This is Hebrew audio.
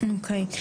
אוקי,